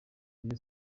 rayon